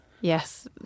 yes